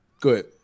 Good